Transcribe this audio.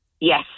yes